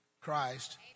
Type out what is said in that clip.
Christ